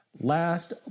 last